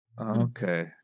okay